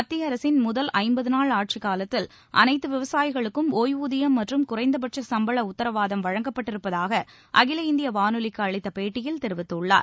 மத்திய அரசின் முதல் ஐம்பதுநாள் ஆட்சிக் காலத்தில் அனைத்து விவசாயிகளுக்கும் ஓய்வூதியம் மற்றும் குறைந்தபட்ச சம்பள உத்தரவாதம் வழங்கப்பட்டிருப்பதாக அகில இந்திய வானொலிக்கு அளித்த பேட்டியில் தெரிவித்துள்ளார்